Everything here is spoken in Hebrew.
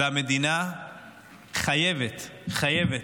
המדינה חייבת, חייבת,